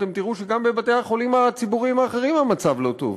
אתם תראו שגם בבתי-החולים הציבוריים האחרים המצב לא טוב.